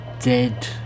Dead